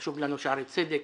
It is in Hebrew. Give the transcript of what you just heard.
חשוב לנו שערי צדק,